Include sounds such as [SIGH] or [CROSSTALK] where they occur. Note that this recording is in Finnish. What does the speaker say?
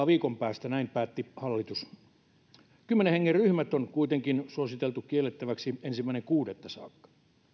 [UNINTELLIGIBLE] viikon päästä näin päätti hallitus yli kymmenen hengen ryhmät on kuitenkin suositeltu kiellettäväksi ensimmäinen kuudetta saakka